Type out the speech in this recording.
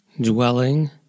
dwelling